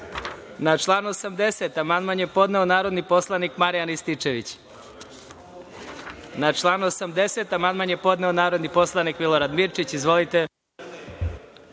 član 80. amandman je podneo narodni poslanik Marijan Rističević. Na član 80. amandman je podneo narodni poslanik Milorad Mirčić. Izvolite.